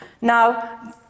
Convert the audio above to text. Now